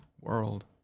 world